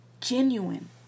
genuine